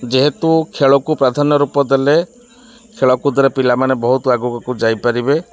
ଯେହେତୁ ଖେଳକୁ ପ୍ରାଧାନ୍ୟ ରୂପ ଦେଲେ ଖେଳକୁଦରେ ପିଲାମାନେ ବହୁତ ଆଗକୁ ଯାଇପାରିବେ